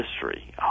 history